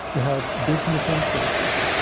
to have business interests,